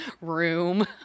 room